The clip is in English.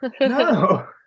No